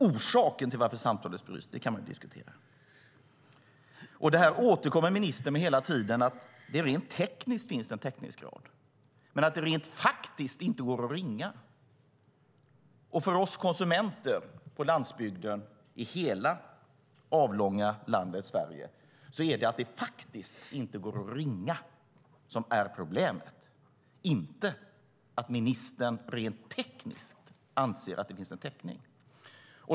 Orsaken till att samtalet bryts kan vi diskutera. Det här återkommer ministern till hela tiden, att det rent tekniskt finns en täckningsgrad, men att det rent faktiskt inte går att ringa. För oss konsumenter på landsbygden i hela det avlånga landet Sverige är det detta att det faktiskt inte går att ringa som är problemet, inte att ministern rent tekniskt anser att det finns täckning.